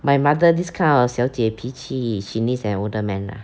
my mother this kind of 小姐脾气 she needs an older man lah